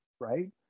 right